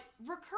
recurring